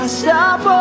stop